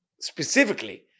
specifically